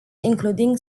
including